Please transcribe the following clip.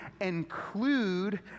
include